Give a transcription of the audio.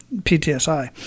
PTSI